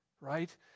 right